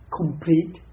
complete